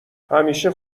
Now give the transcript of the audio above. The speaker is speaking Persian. همیشه